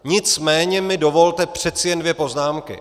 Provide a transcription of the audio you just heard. Nicméně mi dovolte přece jen dvě poznámky.